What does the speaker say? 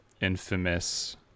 infamous